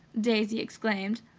daisy exclaimed.